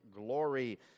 glory